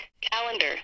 calendar